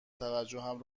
توجهم